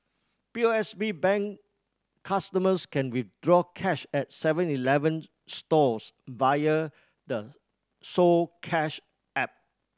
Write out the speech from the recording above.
P O S B Bank customers can withdraw cash at Seven Eleven stores via the so Cash app